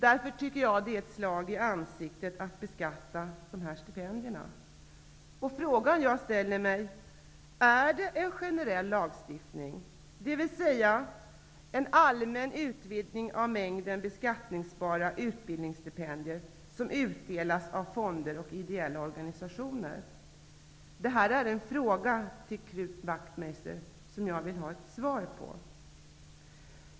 Därför är det ett slag i ansiktet att beskatta stipenderna. Jag ställer mig frågan om det är en generell lagstiftning, dvs. en allmän utvidgning av mängden beskattningsbara utbildningsstipendier som utdelas av fonder och ideella organisationer. Detta är en fråga till Knut Wachtmeister, som jag vill ha ett svar på.